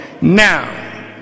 Now